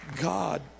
God